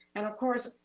and of course,